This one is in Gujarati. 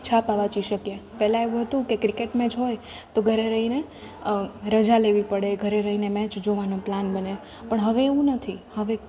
છાપા વાંચી શકીએ પહેલાં એવું હતું કે ક્રિકેટ મેચ હોય તો ઘરે રહીને રજા લેવી પડે ઘરે રહીને મેચ જોવાનો પ્લાન બને પણ હવે એવું નથી હવે